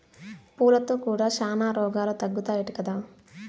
పూలతో కూడా శానా రోగాలు తగ్గుతాయట కదా